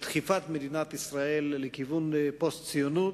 דחיפת מדינת ישראל לכיוון של פוסט-ציונות.